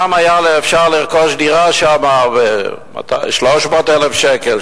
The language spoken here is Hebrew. פעם היה אפשר לרכוש שם דירה ב-300,000 שקל,